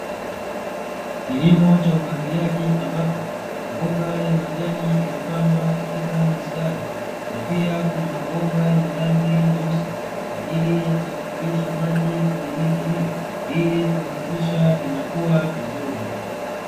Kilimo cha umwagiliaji, ambapo mboga ya majani imepandwa katika mistari, na pia kuna mabomba yenye rangi nyeusi kwa ajili ya kusafirisha maji kwenye miche hiyo, ili kuhakikisha inakua vizuri.